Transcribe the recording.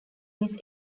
this